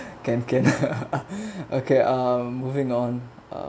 can can okay um moving on